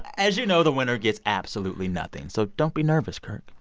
as you know, the winner gets absolutely nothing. so don't be nervous, kirk.